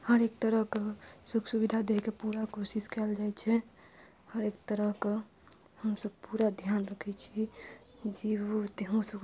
हरेक तरहके सुख सुविधा दैके पूरा कोशिश कयल जाइ छै हरेक तरह कऽ हमसब पूरा ध्यान रखै छी जे